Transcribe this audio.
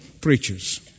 preachers